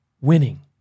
winning